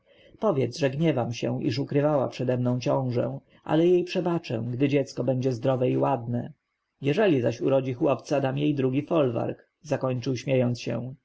powiedz że gniewam się iż ukrywała przede mną ciążę ale jej przebaczę gdy dziecko będzie zdrowe i ładne jeżeli zaś urodzi chłopca dam jej drugi folwark zakończył śmiejąc się